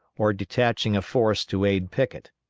or detaching a force to aid pickett.